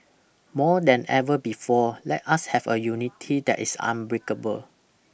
more than ever before let us have a unity that is unbreakable